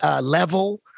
level